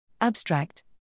Abstract